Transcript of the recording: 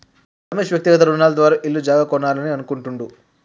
రమేష్ వ్యక్తిగత రుణాల ద్వారా ఇల్లు జాగా కొనాలని అనుకుంటుండు